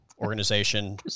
organization